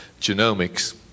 genomics